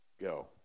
go